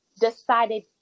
decided